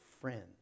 friend